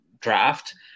draft